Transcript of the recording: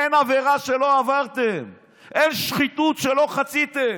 אין עבירה שלא עברתם, אין שחיתות שלא חציתם.